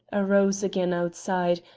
arose again outside,